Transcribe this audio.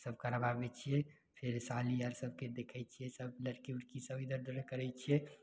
सब करबा लै छियै फिर साँझमे सबके देखय छियै सब लड़की ई सब जगह करय छियै